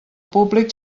públic